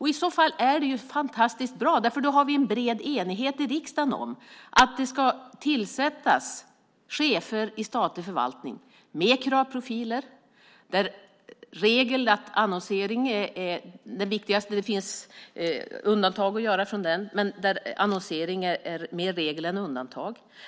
I så fall är det fantastiskt bra, för då har vi en bred enighet i riksdagen om att chefer i statlig förvaltning ska tillsättas med kravprofiler och att annonsering är viktigast. Det finns undantag att göra från det, men annonsering ska vara mer regel än undantag.